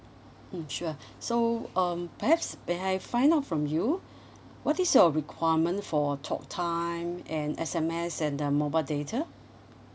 mm sure so um perhaps may I find out from you what is your requirement for talk time and S_M_S and uh mobile data